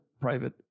private